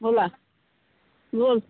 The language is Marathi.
बोला बोल